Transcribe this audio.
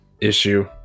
issue